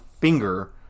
finger